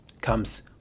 comes